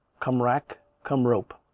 come rack! come rope!